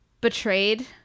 betrayed